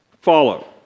follow